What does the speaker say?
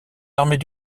armées